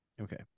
Okay